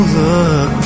look